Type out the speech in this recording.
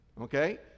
okay